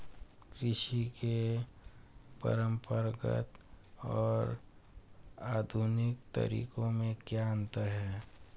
कृषि के परंपरागत और आधुनिक तरीकों में क्या अंतर है?